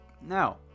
Now